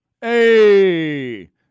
Hey